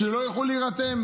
שלא ילכו להירתם?